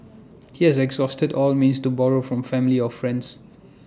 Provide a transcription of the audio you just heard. he has exhausted all means to borrow from family or friends